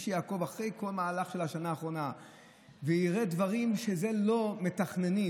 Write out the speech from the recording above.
ומי שיעקוב אחרי כל המהלך של השנה אחרונה יראה דברים שלא מתכננים.